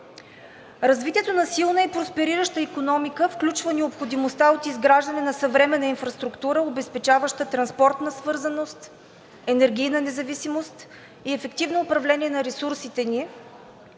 Развитието на силна и просперираща икономика включва необходимостта от изграждане на съвременна инфраструктура, обезпечаваща транспортна свързаност, енергийна независимост и ефективно управление на ресурсите ни,